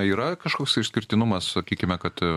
yra kažkoks išskirtinumas sakykime kad